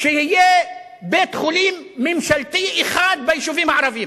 שיהיה בית-חולים ממשלתי אחד ביישובים הערביים,